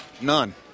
None